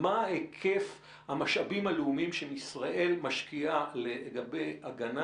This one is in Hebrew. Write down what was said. מה היקף המשאבים הלאומיים שישראל משקיעה לגבי הגנה?